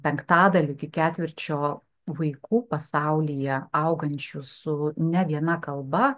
penktadalio iki ketvirčio vaikų pasaulyje augančių su ne viena kalba